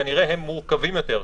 כנראה הם מורכבים יותר.